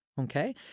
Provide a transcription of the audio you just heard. okay